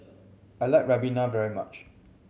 I like ribena very much